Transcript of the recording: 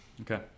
Okay